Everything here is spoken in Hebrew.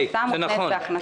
הוצאה מותנית בהכנסה.